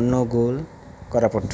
Angul Koraput